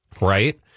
right